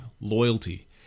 loyalty